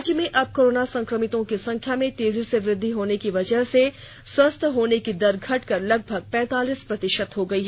राज्य में अब कोरोना संक्रमितों की संख्या में तेजी से वृद्वि होने की वजह से स्वस्थ होने की दर घटकर लगभग पैंतालीस प्रतिशत हो गयी